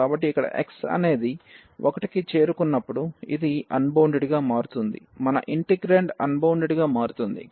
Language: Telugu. కాబట్టి ఇక్కడ x అనేది 1 కి చేరుకున్నప్పుడు ఇది అన్బౌండెడ్ గా మారుతోంది మన ఇంటిగ్రేండ్ అన్బౌండెడ్ గా మారుతోంది